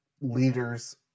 leaders